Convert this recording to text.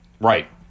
Right